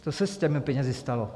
Co se s těmi penězi stalo?